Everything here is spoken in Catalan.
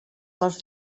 les